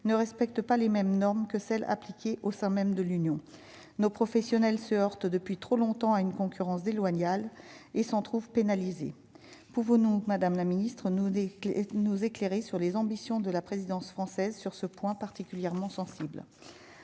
ne respecte pas les mêmes normes que celles appliquées au sein même de l'Union nos professionnels se heurte depuis trop longtemps à une concurrence déloyale et s'en trouve pénalisée pour vous non, madame la ministre nous dit que nous éclairer sur les ambitions de la présidence française sur ce point particulièrement sensible,